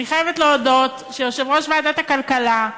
אני חייבת להודות שיושב-ראש ועדת הכלכלה,